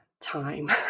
time